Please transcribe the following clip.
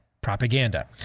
propaganda